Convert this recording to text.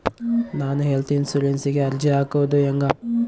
ನಾನು ಹೆಲ್ತ್ ಇನ್ಸುರೆನ್ಸಿಗೆ ಅರ್ಜಿ ಹಾಕದು ಹೆಂಗ?